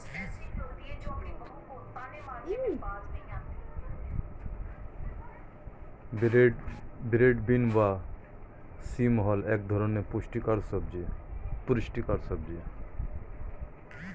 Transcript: broad bean বা শিম হল এক ধরনের পুষ্টিকর সবজি